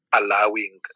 allowing